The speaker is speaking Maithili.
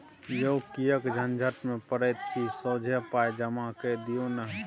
यौ किएक झंझट मे पड़ैत छी सोझे पाय जमा कए दियौ न